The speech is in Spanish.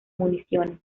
municiones